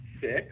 six